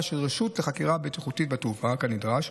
של רשות לחקירה בטיחותית בתעופה כנדרש,